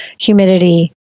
humidity